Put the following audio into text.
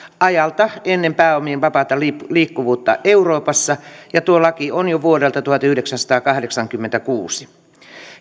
ajalta ennen pääomien vapaata liikkuvuutta euroopassa ja tuo laki on jo vuodelta tuhatyhdeksänsataakahdeksankymmentäkuusi